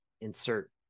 insert